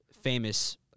famous